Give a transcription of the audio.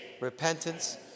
repentance